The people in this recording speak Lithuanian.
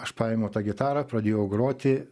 aš paėmiau tą gitarą pradėjau groti